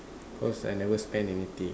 cause I never spend anything